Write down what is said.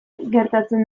gertatzen